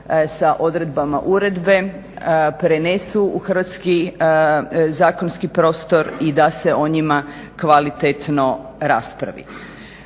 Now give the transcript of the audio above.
sa odredbama uredbe prenesu u hrvatski zakonski prostor i da se o njima kvalitetno raspravi.